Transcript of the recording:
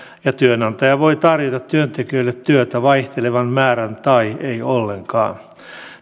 ja työnantaja voi tarjota työntekijöille työtä vaihtelevan määrän tai ei ollenkaan